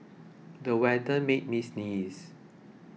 the weather made me sneeze